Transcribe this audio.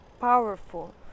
powerful